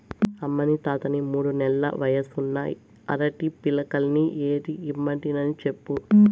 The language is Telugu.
అమ్మనీ తాతని మూడు నెల్ల వయసున్న అరటి పిలకల్ని ఏరి ఇమ్మంటినని చెప్పు